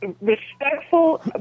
respectful